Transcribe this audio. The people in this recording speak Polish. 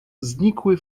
znikły